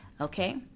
Okay